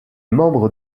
membre